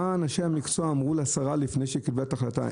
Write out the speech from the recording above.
מה אנשי המקצוע אמרו לשרה לפני שהיא קיבלה את ההחלטה.